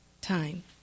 time